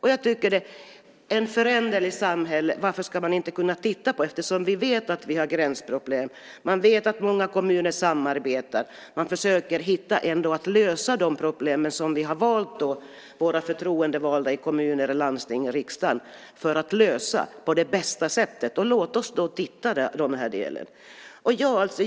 Varför ska man inte i ett föränderligt samhälle kunna titta på detta eftersom vi vet att vi har gränsproblem? Man vet att många kommuner samarbetar. Man försöker ändå hitta sätt att lösa problemen på. Vi har valt våra förtroendevalda i kommuner, landsting och riksdagen för att lösa dem på bästa sätt. Låt oss då titta på den här delen.